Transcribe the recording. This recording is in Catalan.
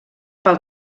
pel